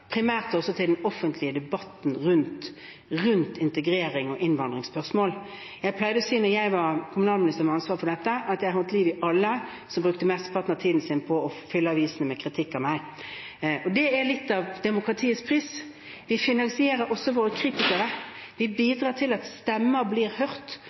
primært til den offentlige debatten rundt integrering og innvandringsspørsmål. Da jeg var kommunalminister med ansvaret for dette, pleide jeg å si at jeg holdt liv i alle som brukte mesteparten av tiden sin på å fylle avisene med kritikk av meg. Det er litt av demokratiets pris. Vi finansierer også våre kritikere, vi bidrar til at stemmer blir hørt,